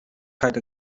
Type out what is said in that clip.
paid